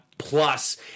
Plus